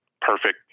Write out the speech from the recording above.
perfect